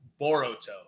Boruto